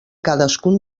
cadascun